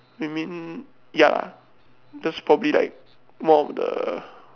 I mean ya lah that's probably like one of the